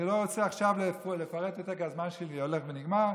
אני לא רוצה עכשיו לפרט יותר כי הזמן שלי הולך ונגמר.